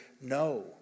no